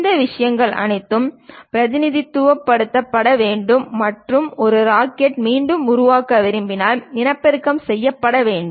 இந்த விஷயங்கள் அனைத்தும் பிரதிநிதித்துவப்படுத்தப்பட வேண்டும் மற்றும் ஒரு ராக்கெட்டை மீண்டும் உருவாக்க விரும்பினால் இனப்பெருக்கம் செய்ய வேண்டும்